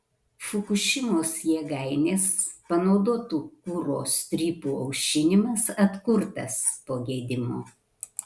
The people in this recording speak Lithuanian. fukušimos jėgainės panaudotų kuro strypų aušinimas atkurtas po gedimo